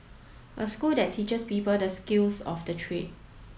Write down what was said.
a school that teaches people the skills of the trade